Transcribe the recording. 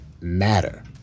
matter